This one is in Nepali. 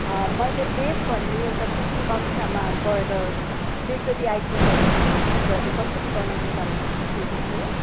मैले देव भन्ने एउटा कुकिङ कक्षामा गएर बेकरी आइटमहरू कुकिजहरू कसरी बनाउने भनेर सिकेको थिएँ